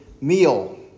meal